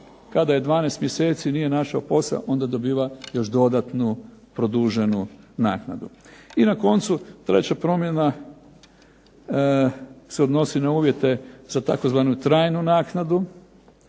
kada je 12 mjeseci nije našao posao onda dobiva još dodatnu produženu naknadu. I na koncu treća promjena se odnosi na uvjete za tzv. trajnu naknadu,